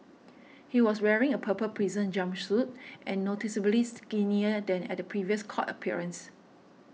he was wearing a purple prison jumpsuit and noticeably skinnier than at a previous court appearance